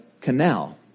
canal